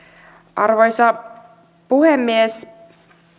arvoisa puhemies